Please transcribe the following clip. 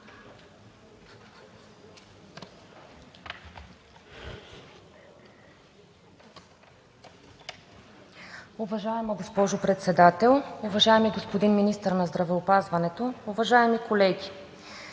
Уважаема госпожо Председател, уважаеми господин Министър на здравеопазването, уважаеми колеги!